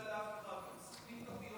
אדוני היו"ר, אבל זה באמת לא בסדר.